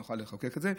נוכל לחוקק את זה.